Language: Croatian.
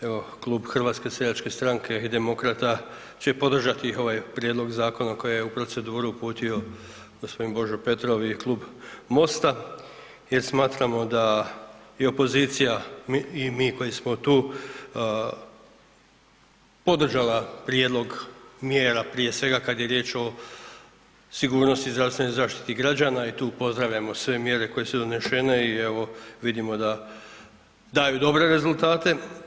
Evo klub HSS-a i demokrata će podržati ovaj prijedlog zakona koje je u proceduru uputio gospodin Božo Petrov i klub MOST-a jer smatramo da je opozicija i mi koji smo tu podržala prijedlog mjera prije svega kada je riječ o sigurnosti zdravstvene zaštite građana i tu pozdravljamo sve mjere koje su donešene i evo vidimo da daju dobre rezultate.